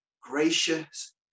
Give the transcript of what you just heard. gracious